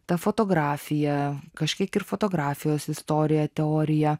ta fotografija kažkiek ir fotografijos istorija teorija